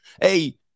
Hey